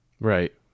Right